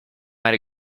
might